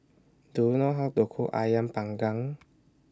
Do YOU know How to Cook Ayam Panggang